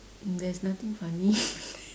there's nothing funny